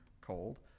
cold